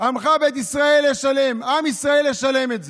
עמך בית ישראל ישלם, עם ישראל ישלם את זה.